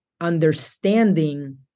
understanding